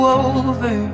over